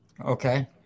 okay